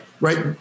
Right